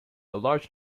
large